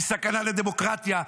סכנה לדמוקרטיה,